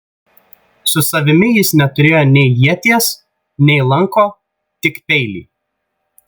su savimi jis neturėjo nei ieties nei lanko tik peilį